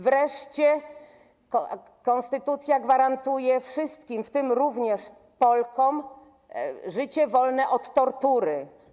Wreszcie konstytucja gwarantuje wszystkim, w tym również Polkom, życie wolne od tortury.